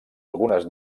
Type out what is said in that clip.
algunes